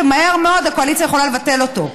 ומהר מאוד הקואליציה יכולה לבטל אותו.